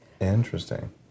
Interesting